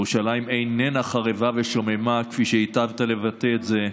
ירושלים איננה חרבה ושוממה, כפי שהטבת לבטא את זה,